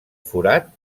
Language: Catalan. forat